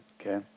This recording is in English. okay